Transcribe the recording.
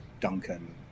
Duncan